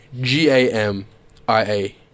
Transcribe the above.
g-a-m-i-a